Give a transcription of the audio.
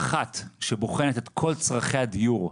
אני מדברת שטויות...למה צריכים ועדות?